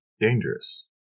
dangerous